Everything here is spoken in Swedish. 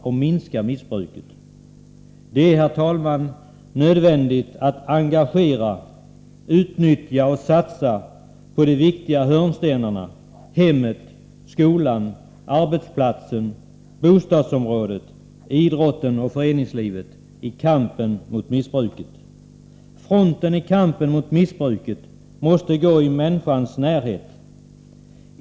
Det är, herr talman, nödvändigt med ett utnyttjande av och en satsning på de viktiga hörnstenarna —- hemmet, skolan, arbetsplatsen, bostadsområdet, idrotten och föreningslivet — i kampen mot missbruket. Man måste ta hänsyn till människans situation.